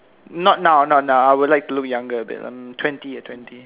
not now not now I would like to look younger a bit um twenty lah twenty